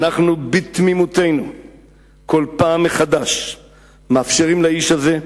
אנו בתמימותנו כל פעם מחדש מאפשרים לאיש הזה,